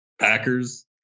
Packers